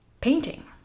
painting